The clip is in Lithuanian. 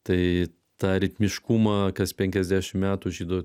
tai tą ritmiškumą kas penkiasdešimt metų žydų